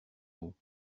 mots